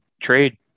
trade